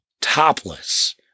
topless